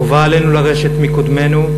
חובה עלינו לרשת מקודמינו,